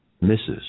misses